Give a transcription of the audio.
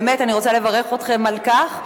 באמת אני רוצה לברך אתכם על כך.